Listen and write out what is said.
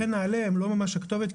לכן נעל"ה לא ממש הכתובת,